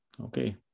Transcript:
Okay